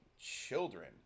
children